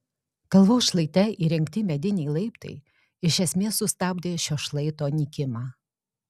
kalvos šlaite įrengti mediniai laiptai iš esmės sustabdė šio šlaito nykimą